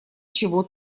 чего